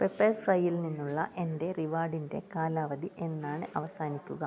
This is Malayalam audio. പെപ്പർഫ്രൈയിൽ നിന്നുള്ള എൻ്റെ റിവാർഡിൻ്റെ കാലാവധി എന്നാണ് അവസാനിക്കുക